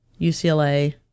UCLA